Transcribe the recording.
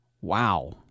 Wow